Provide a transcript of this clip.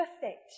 perfect